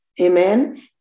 amen